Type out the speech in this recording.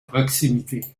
proximité